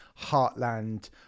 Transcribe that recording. heartland